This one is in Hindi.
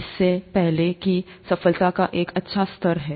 इसमें पहले से ही सफलता का एक अच्छा स्तर है